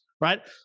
right